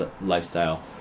lifestyle